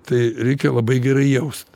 tai reikia labai gerai jaust